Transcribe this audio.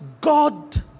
God